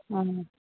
हा